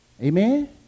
Amen